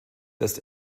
das